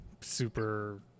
super